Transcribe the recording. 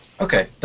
Okay